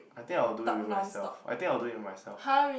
I think I'll do it with myself I think I'll do it myself